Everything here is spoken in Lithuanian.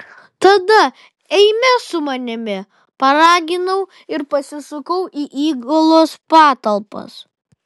tada eime su manimi paraginau ir pasisukau į įgulos patalpas